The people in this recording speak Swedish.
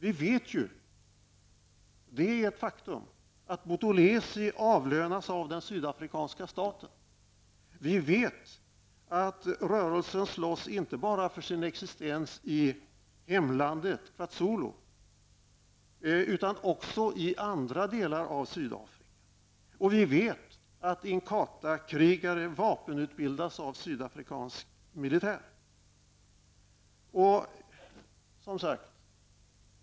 Vi vet att Buthelezi avlönas av den sydafrikanska staten. Vi vet att rörelsen slåss inte bara för sin existens i hemlandet Bazulu utan också i andra delar av Sydafrika. Vi vet också att Inkatha-krigarna utbildas av sydafrikansk militär.